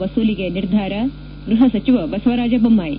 ವಸೂಲಿಗೆ ನಿರ್ಧಾರ ಗ್ವಪ ಸಜಿವ ಬಸವರಾಜ ಬೊಮ್ನಾಯಿ